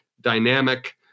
dynamic